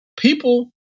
people